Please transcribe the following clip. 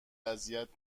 اذیت